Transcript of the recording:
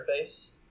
interface